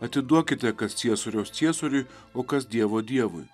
atiduokite kas ciesoriaus ciesoriui o kas dievo dievui